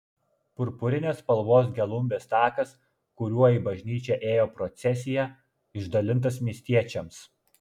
purpurinės spalvos gelumbės takas kuriuo į bažnyčią ėjo procesija išdalintas miestiečiams